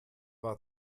war